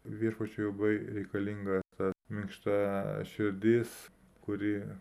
viešpačiui labai reikalinga ta minkšta širdis kuri